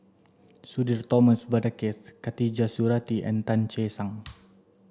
Sudhir Thomas Vadaketh Khatijah Surattee and Tan Che Sang